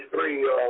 three